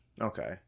Okay